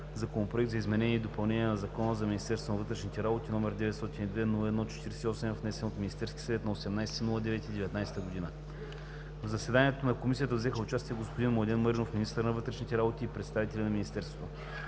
Законопроект за изменение и допълнение на Закона за Министерството на вътрешните работи, № 902-01-48, внесен от Министерския съвет на 18 септември 2019 г. В заседанието на Комисията взеха участие господин Младен Маринов – министър на вътрешните работи, и представители на Министерството.